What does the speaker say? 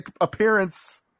appearance